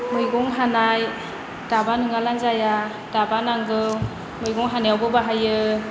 मैगं हानाय दाबा नङाब्लानो जाया दाबा नांगौ मैगं हानायावबो बाहायो